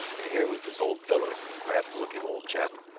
and here was this old fellow, crabbed-looking old chap,